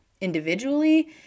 individually